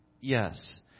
Yes